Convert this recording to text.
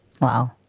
Wow